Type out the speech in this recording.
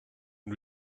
and